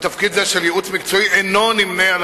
ותפקיד זה של ייעוץ מקצועי אינו נמנה עם